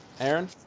Aaron